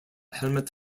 helmut